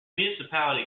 municipality